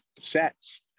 sets